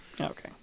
Okay